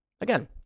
Again